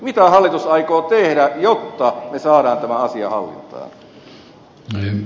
mitä hallitus aikoo tehdä jotta me saamme tämän asian hallintaan